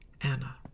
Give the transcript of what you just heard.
Anna